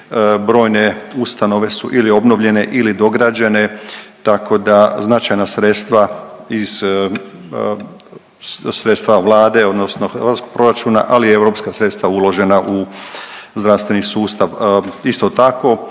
brojne ustanove su ili obnovljene ili dograđene, tako da značajna sredstva iz, sredstva Vlade odnosno hrvatskog proračuna, ali i europska sredstva uložena u zdravstveni sustav. Isto tako